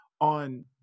on